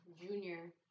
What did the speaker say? junior